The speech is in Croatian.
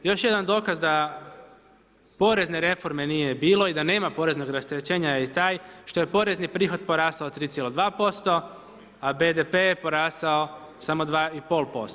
Još jedan dokaz da porezne reforme nije bilo i da nema poreznog rasterećenja je taj što je porezni prihod porasao 3,2%, a BDP je porasao samo 2,5%